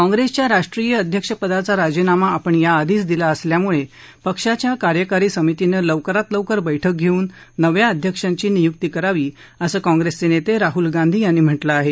काँग्रेसच्या राष्ट्रीय अध्यक्षपदाचा राजीनामा आपण या आधीच दिला असल्यामुळे पक्षाच्या कार्यकारी समितीनं लवकरात लवकर बैठक घेऊन नव्या अध्यक्षांची नियुक्ती करावी असं काँग्रेसचे नेते राहुल गांधी यांनी म्हानिं आहे